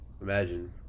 Imagine